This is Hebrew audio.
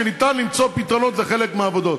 ראו שאפשר למצוא פתרונות לחלק מהעבודות.